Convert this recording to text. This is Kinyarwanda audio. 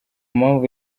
mpamvu